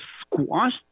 squash